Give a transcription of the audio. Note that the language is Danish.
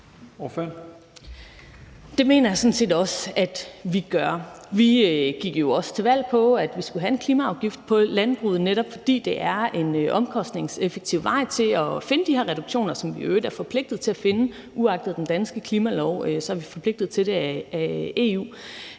Det mener jeg sådan set også at vi gør. Vi gik jo også til valg på, at vi skulle have en klimaafgift på landbruget, netop fordi det er en omkostningseffektiv vej til at finde reduktioner, som vi i øvrigt er forpligtet til at finde. Uagtet den danske klimalov er vi forpligtet til det af EU.